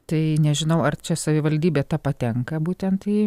tai nežinau ar čia savivaldybė ta patenka būtent į